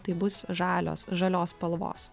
tai bus žalios žalios spalvos